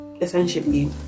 essentially